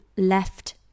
Left